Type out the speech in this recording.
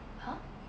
!huh!